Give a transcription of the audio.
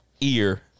Ear